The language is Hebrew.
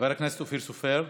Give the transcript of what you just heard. חבר הכנסת אופיר סופר,